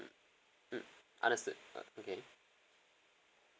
mm mm understood okay